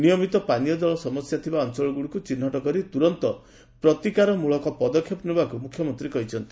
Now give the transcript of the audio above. ନିୟମିତ ପାନୀୟ ଜଳ ସମସ୍ୟା ଥିବା ଅଞଳଗୁଡ଼ିକୁ ଚିହୁଟ କରି ତୁରନ୍ତ ପ୍ରତିକାରମୂଳକ ପଦକ୍ଷେପ ନେବାକୁ କହିଛନ୍ତି